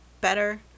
better